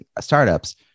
startups